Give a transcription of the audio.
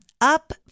up